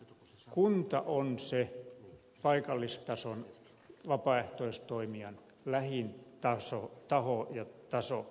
kunta on se paikallistason vapaaehtoistoimijan lähin taho ja taso